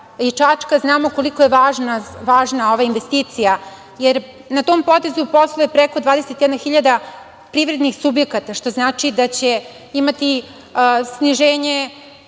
i Čačka, znamo koliko je važna ova investicija, jer na tom potezu posluje preko 21 hiljada privrednih subjekata, što znači da će imati sniženje